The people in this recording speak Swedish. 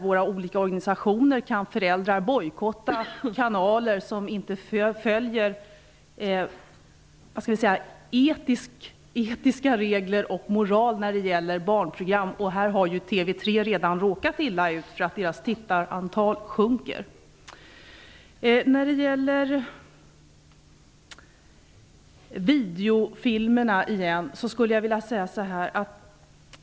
Via olika organisationer kan föräldrar också bojkotta kanaler som inte följer etiska regler och moral när det gäller barnprogram. Här har TV 3 redan råkat illa ut, genom att tittarantalet sjunker. När det gäller videofilmerna skulle jag vilja säga följande.